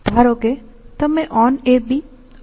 ધારો કે તમે onAB અને onBD પ્રાપ્ત કરો છો